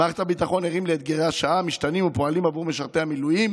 במערכת ביטחון ערים לאתגרי השעה המשתנים ופועלים עבור משרתי המילואים